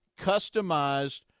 customized